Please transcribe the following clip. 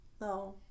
No